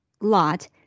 lot